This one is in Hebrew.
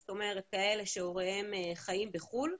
זאת אומרת כאלה שהוריהם חיים בחו"ל,